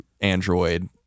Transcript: Android